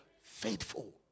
Faithful